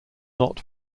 not